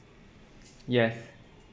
yes